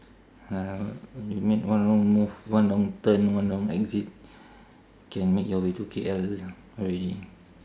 ah you make one wrong move one wrong turn one wrong exit can make your way to K_L already